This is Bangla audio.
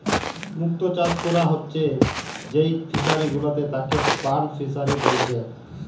মুক্ত চাষ কোরা হচ্ছে যেই ফিশারি গুলাতে তাকে পার্ল ফিসারী বলছে